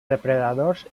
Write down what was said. depredadors